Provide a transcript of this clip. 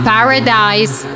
Paradise